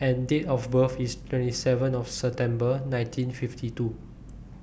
and Date of birth IS twenty seven of September nineteen fifty two